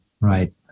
Right